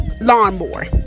lawnmower